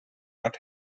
not